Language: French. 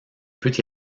peut